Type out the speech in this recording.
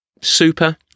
Super